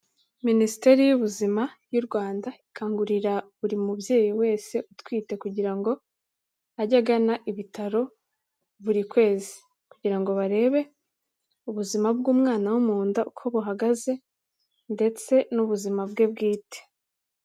Minisiteri y'ubuzima y'u Rwanda, ikangurira buri mubyeyi wese utwite kugira ngo ajye agana ibitaro, buri kwezi, kugira ngo barebe ubuzima bw'umwana wo mu nda uko buhagaze, ndetse n'ubuzima bwe bwite.